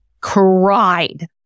cried